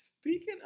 Speaking